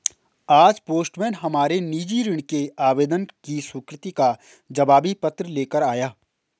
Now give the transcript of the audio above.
आज पोस्टमैन हमारे निजी ऋण के आवेदन की स्वीकृति का जवाबी पत्र ले कर आया